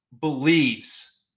believes